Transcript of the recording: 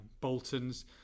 Boltons